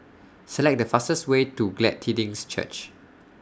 Select The fastest Way to Glad Tidings Church